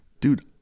dude